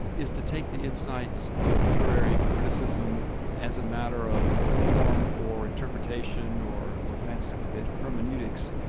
is to take the insights of literary criticism as a matter of form or interpretation or to fancy it up a bit, hermeneutics,